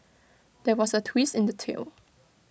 there was A twist in the tale